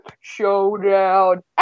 Showdown